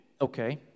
Okay